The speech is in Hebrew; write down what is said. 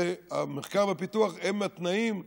ומחקר והפיתוח הם התנאים לצמיחה,